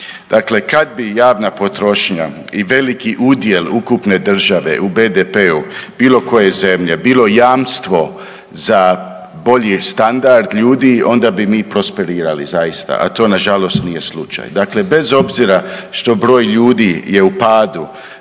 Dakle, kad bi javna potrošnja i veliki udjel ukupne države u BDP-u bilo koje zemlje bilo jamstvo za bolji standard ljudi onda bi mi prosperirali zaista, a to nažalost nije slučaj. Dakle, bez obzira što broj ljudi je u padu